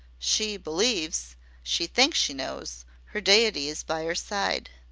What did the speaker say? she believes she thinks she knows her deity is by her side.